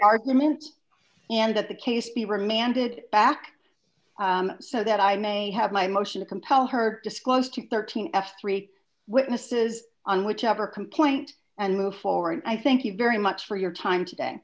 arguments and at the case be remanded back so that i may have my motion to compel her to disclose to thirteen f three witnesses on whichever complaint and move forward i thank you very much for your time today